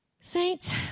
Saints